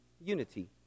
unity